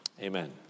Amen